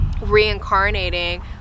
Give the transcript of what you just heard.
reincarnating